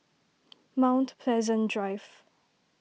Mount Pleasant Drive